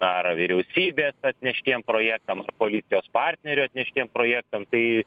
ar vyriausybės atneštiem projektam ar koalicijos partnerio atneštiem projektam tai